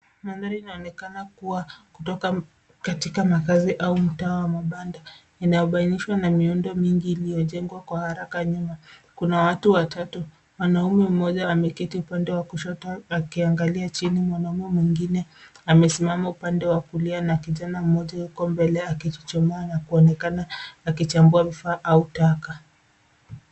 Mandhari inaonekana kua kutoka katika makazi au mtaa wa mabanda, inayobainishwa na miundo mingi iliyojengwa kwa haraka nyuma. Kuna watu watatu, mwanaume mmoja ameketi upande wa kushoto, akiangalia chini. Mwanaume mwingine amesimama upande wa kulia , na kijana mmoja yuko mbele yake akichuchumaa na kuonekana akichambua vifaa au taka.